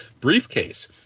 briefcase